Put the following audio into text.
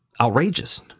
outrageous